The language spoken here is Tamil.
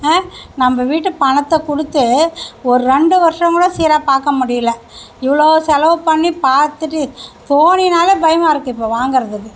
நம்ப வீட்டு பணத்தை கொடுத்து ஒரு ரெண்டு வருஷம் கூட சீராக பார்க்க முடியல இவ்வளோ செலவு பண்ணி பார்த்துட்டு சோனினால் பயமாக இருக்குது இப்போ வாங்கறதுக்கு